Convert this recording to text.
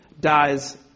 dies